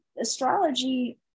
astrology